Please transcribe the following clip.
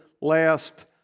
last